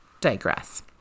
digress